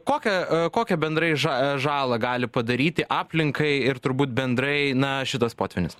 kokią kokią bendrai ža žalą gali padaryti aplinkai ir turbūt bendrai na šitas potvynis